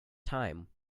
time